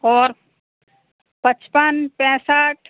और पचपन पैंसठ